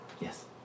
Yes